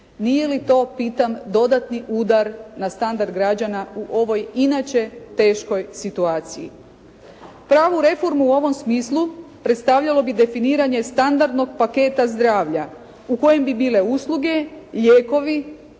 Nije li to, pitam, dodatni udar na standard građana u ovoj inače teškoj situaciji? Pravu reformu u ovom smislu predstavljalo bi definiranje standardnog paketa zdravlja u kojem bi bile usluge, lijekove